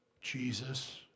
Jesus